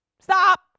stop